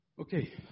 Okay